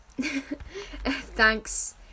Thanks